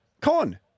Con